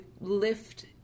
lift